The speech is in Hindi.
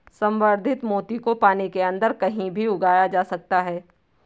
संवर्धित मोती को पानी के अंदर कहीं भी उगाया जा सकता है